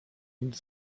nic